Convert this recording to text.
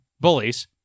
Bullies